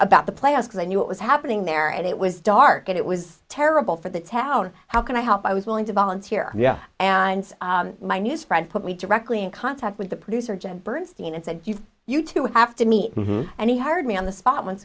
about the playoffs because i knew what was happening there and it was dark it was terrible for the town how can i help i was willing to volunteer yeah and my news friend put me directly in contact with the producer jen bernstein and said you you two would have to meet and he hired me on the spot once